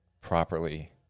properly